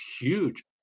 huge